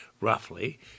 Roughly